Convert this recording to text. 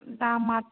दामा